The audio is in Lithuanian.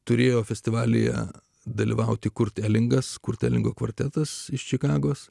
turėjo festivalyje dalyvauti kurti elingas kur teliko kvartetas iš čikagos